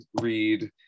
read